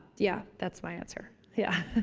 yeah, that's my answer. yeah,